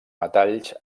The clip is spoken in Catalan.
metalls